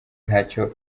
nacyo